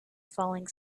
falling